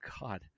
God